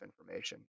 information